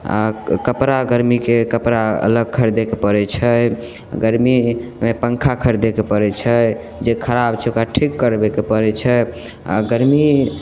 आ कपड़ा गर्मीके कपड़ा अलग खरदैके पड़ैत छै गरमीमे पङ्खा खरदैके पड़ैत छै जे खराब छै ओकरा ठीक करबैके पड़ैत छै आ गरमिएमे